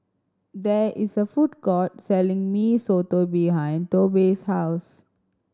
there is a food court selling Mee Soto behind Tobe's house